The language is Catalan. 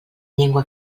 llengua